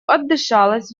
отдышалась